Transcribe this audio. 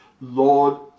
lord